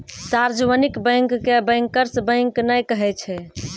सार्जवनिक bank के bankers bank नै कहै छै